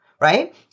right